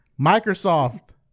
Microsoft